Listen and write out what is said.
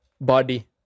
body